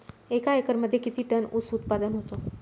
एका एकरमध्ये किती टन ऊस उत्पादन होतो?